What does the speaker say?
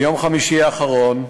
ביום חמישי האחרון,